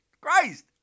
Christ